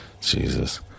Jesus